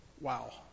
Wow